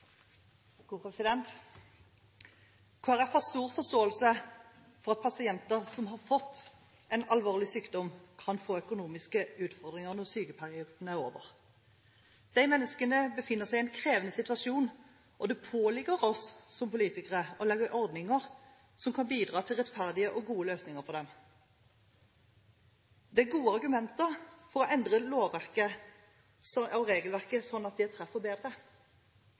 har stor forståelse for at pasienter som har fått en alvorlig sykdom, kan få økonomiske utfordringer når sykepengeperioden er over. Disse menneskene befinner seg i en krevende situasjon, og det påligger oss som politikere å lage ordninger som kan bidra til rettferdige og gode løsninger for dem. Det er gode argumenter for å endre regelverket sånn at det treffer bedre.